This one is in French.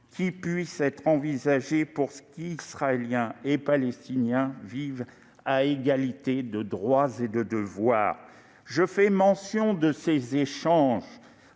qui puisse être envisagée pour qu'Israéliens et Palestiniens vivent à égalité de droits et de devoirs. Je fais mention de ces échanges